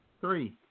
three